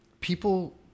People